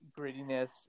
grittiness